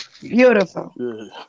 Beautiful